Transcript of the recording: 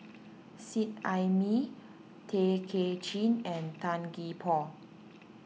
Seet Ai Mee Tay Kay Chin and Tan Gee Paw